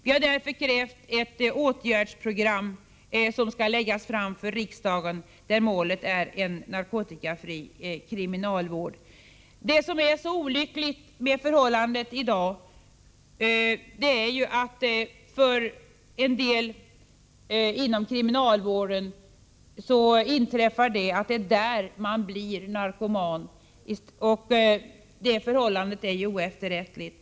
Vi har därför krävt att ett åtgärdsprogram för att uppnå en narkotikafri kriminalvård skall läggas fram för riksdagen. Det olyckliga är ju att somliga blir narkomaner inom kriminalvården, och det förhållandet är oefterrättligt.